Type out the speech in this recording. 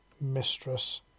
mistress